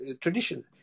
tradition